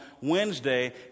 Wednesday